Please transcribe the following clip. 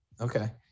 Okay